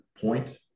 point